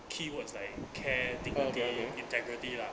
keywords like care dignity integrity lah